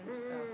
mm mm